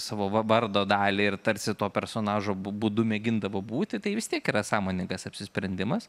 savo va vardo dalį ir tarsi to personažo bū būdu mėgindavo būti tai vis tiek yra sąmoningas apsisprendimas